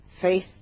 Faith